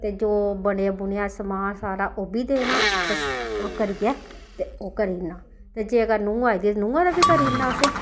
ते जो बनेआ बुनेआ समान सारा ओह् बी देना ते ओह् करियै ते ओह् करी ओड़ना ते जेकर नूंह् आई दी ऐ ते नुहां ने बी करी ओड़ना असें